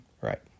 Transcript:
Right